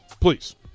Please